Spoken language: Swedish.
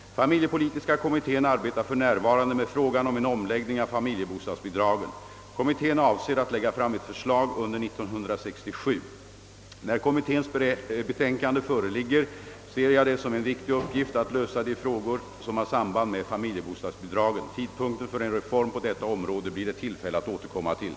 Familjepolitiska kommittén arbetar för närvarande med frågan om en omläggning av = familjebostadsbidragen. Kommittén avser att lägga fram ett förslag under 1967. När kommitténs betänkande föreligger, ser jag det som en viktig uppgift att lösa de frågor som har samband med familjebostadsbidragen. Tidpunkten för en reform på detta område blir det tillfälle att återkomma till.